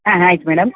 ಹಾಂ ಆಯ್ತು ಮೇಡಮ್